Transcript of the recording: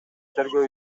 тергөө